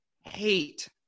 hate